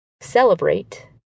celebrate